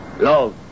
Love